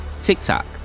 TikTok